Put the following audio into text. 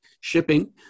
shipping